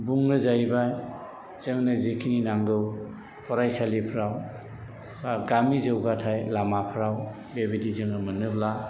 बुङो जाहैबाय जोंनो जेखिनि नांगौ फरायसालिफ्राव बा गामि जौगाथाइ लामाफ्राव बेबादि जोङो मोनोब्ला